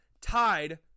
tied